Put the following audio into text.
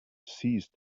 seized